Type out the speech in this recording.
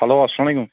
hello اسلام علیکُم